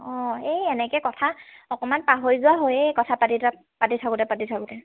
অঁ এই এনেকৈ কথা অকণমান পাহৰি যোৱা হয়েই এই কথা পাতিতে পাতি থাকোঁতে পাতি থাকোঁতে